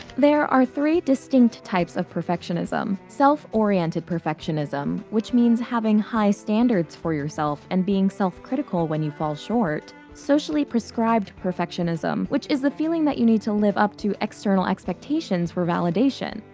there are three distinct types of perfectionism self-oriented perfectionism, which means having high standards for yourself and being self-critical when you fall short. socially-prescribed perfectionism, which is the feeling that you need to live up to external expectations for validation.